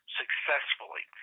successfully